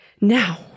Now